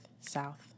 south